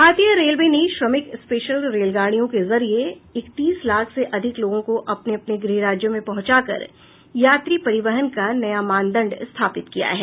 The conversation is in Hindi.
भारतीय रेलवे ने श्रमिक स्पेशल रेलगाडियों के जरिये इकतीस लाख से अधिक लोगों को अपने अपने गृह राज्यों में पहुंचाकर यात्री परिवहन का नया मानदंड स्थापित किया है